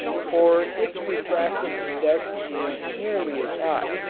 for its refractive index is nearly as high.